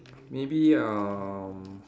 maybe um